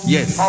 Yes